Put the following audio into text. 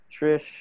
Trish